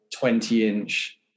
20-inch